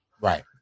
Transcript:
right